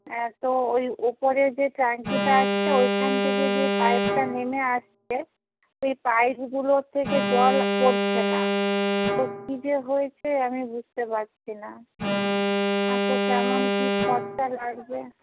হ্যাঁ তো ওই ওপরে যে ট্যাঙ্কটা আছে ওইখান থেকে যে পাইপটা নেমে আসছে সেই পাইপগুলো থেকে জল পড়ছে না তো কী যে হয়েছে আমি বুঝতে পারছি না হ্যাঁ তো কেমন কী খরচা লাগবে